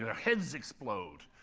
heads explode.